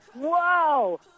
Whoa